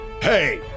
Hey